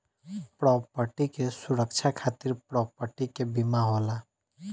property के सुरक्षा खातिर प्रॉपर्टी के बीमा होला